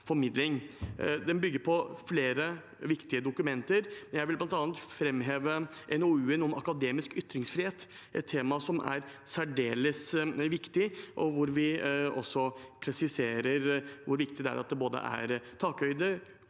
Den bygger på flere viktige dokumenter. Jeg vil bl.a. framheve NOU-en om akademisk ytringsfrihet, et tema som er særdeles viktig, hvor det også presiseres hvor viktig det er at det er både takhøyde